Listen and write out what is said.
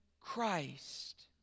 Christ